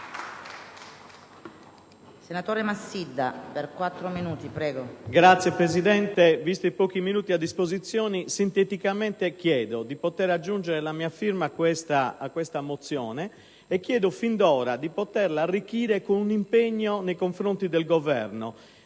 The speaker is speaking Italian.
Signora Presidente, visti i pochi minuti a disposizione chiedo sinteticamente di poter aggiungere la mia firma a questa mozione e di poterla arricchire con un impegno nei confronti del Governo